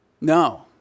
No